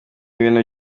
ibintu